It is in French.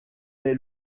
est